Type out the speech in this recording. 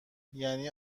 یعنی